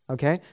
Okay